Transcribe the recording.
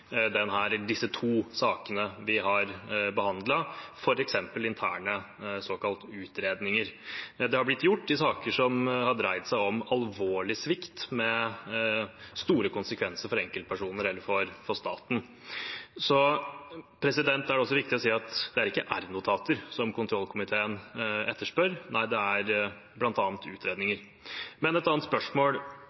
disse to sakene vi har behandlet, f.eks. interne såkalte utredninger. Det har blitt gjort i saker som har dreid seg om alvorlig svikt med store konsekvenser for enkeltpersoner eller for staten. Da er det også viktig å si at det ikke er regjeringsnotater som kontrollkomiteen etterspør – nei, det er bl.a. utredninger. Men til et annet spørsmål: